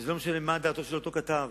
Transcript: זה לא משנה מה דעתו של אותו כתב,